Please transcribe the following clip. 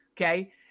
okay